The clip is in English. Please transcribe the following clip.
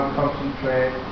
concentrate